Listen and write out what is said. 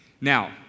Now